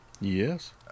Yes